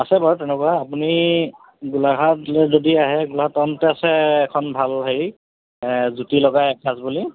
আছে বাৰু তেনেকুৱা আপুনি গোলাঘাটলৈ যদি আহে গোলাঘাট টাউনতে আছে এখন ভাল হেৰি জুতি লগাই এসাঁজ বুলি